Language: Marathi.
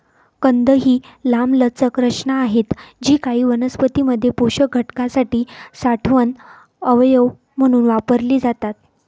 कंद ही लांबलचक रचना आहेत जी काही वनस्पतीं मध्ये पोषक घटकांसाठी साठवण अवयव म्हणून वापरली जातात